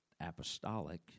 apostolic